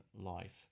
life